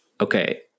okay